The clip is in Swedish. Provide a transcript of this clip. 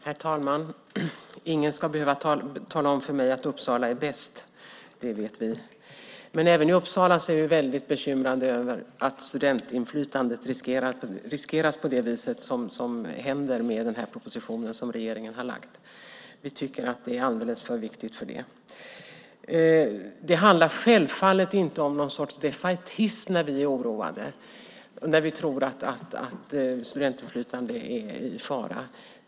Herr talman! Ingen ska behöva tala om för mig att Uppsala är bäst. Det vet vi. Men även i Uppsala är vi bekymrade över att studentinflytandet riskeras på det sätt som sker med den proposition som regeringen har lagt fram. Vi tycker att det är alldeles för viktigt för det. Det handlar självfallet inte om någon sorts defaitism när vi är oroade, när vi tror att studentinflytandet är i fara.